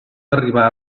arribar